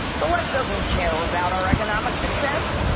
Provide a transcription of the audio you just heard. the left doesn't care about our economic success.